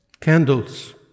candles